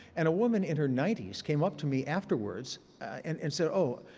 and a woman in her ninety s came up to me afterwards and and said oh,